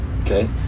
Okay